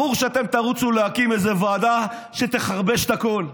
ברור שאתם תרוצו להקים איזה ועדה שתחרבש את הכול.